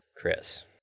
chris